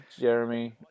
Jeremy